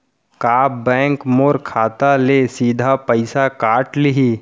का बैंक मोर खाता ले सीधा पइसा काट लिही?